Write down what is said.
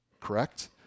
correct